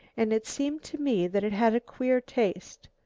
and it seemed to me that it had a queer taste.